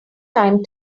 time